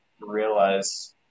realize